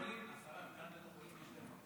מבחינת בית החולים יש להם,